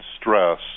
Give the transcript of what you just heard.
stress